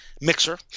mixer